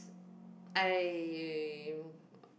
I